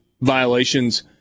violations